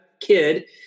kid